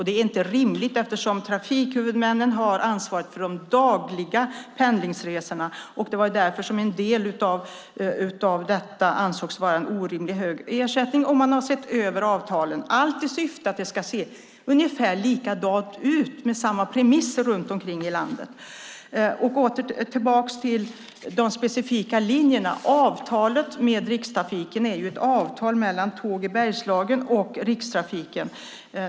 Det är inte rimligt eftersom trafikhuvudmännen har ansvaret för de dagliga pendlingsresorna. Det var därför som en del av detta ansågs vara en orimligt hög ersättning. Man har sett över avtalen, allt i syfte att det ska se ungefär likadant ut med samma premisser i hela landet. Jag återkommer till de specifika linjerna. Avtalet med Rikstrafiken är ett avtal mellan Tåg i Bergslagen och Rikstrafiken.